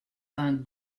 vingt